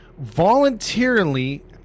voluntarily